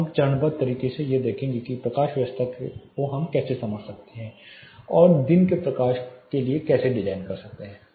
अब हमें चरणबद्ध तरीके से यह देखना चाहिए कि प्रकाश व्यवस्था के बारे में आप कैसे समझ सकते हैं और हम दिन के प्रकाश के लिए कैसे डिजाइन कर सकते हैं